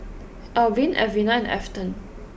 Albin Elvina and Afton